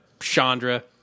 Chandra